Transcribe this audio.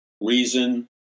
reason